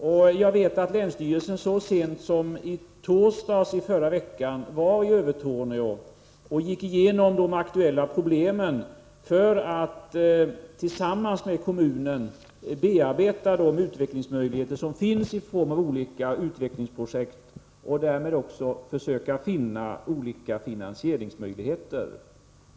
Jag vet att representanter för länsstyrelsen så sent som i torsdags förra veckan besökte Övertorneå och gick igenom de aktuella problemen för att tillsammans med kommunen bearbeta de olika utvecklingsprojekt som finns och försöka finna olika finansieringsmöjligheter.